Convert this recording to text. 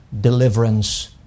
deliverance